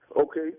Okay